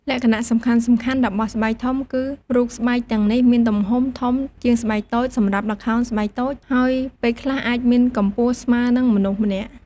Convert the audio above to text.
លក្ខណៈសំខាន់ៗរបស់ស្បែកធំគឺ រូបស្បែកទាំងនេះមានទំហំធំជាងស្បែកតូច សម្រាប់ ល្ខោនស្បែកតូច ហើយពេលខ្លះអាចមានកម្ពស់ស្មើនឹងមនុស្សម្នាក់។